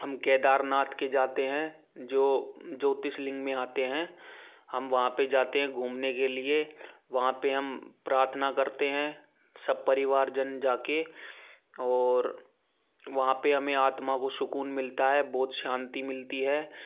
हम केदारनाथ के जाते हैं जो ज्योतिष लिंग में आते हैं हम वहाँ पर जाते हैं घूमने के लिए वहाँ पर हम प्रार्थना करते हैं सब परिवार जन जाकर और वहाँ पर हमें आत्मा को सुकून मिलता है बहुत शांति मिलती है